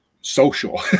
social